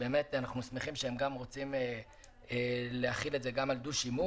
אנחנו שמחים שהם גם רוצים להכיל את זה גם על דו-שימוש.